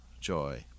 joy